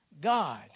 God